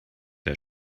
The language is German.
der